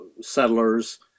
settlers